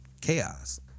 chaos